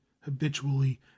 habitually